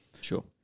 Sure